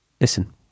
listen